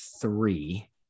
three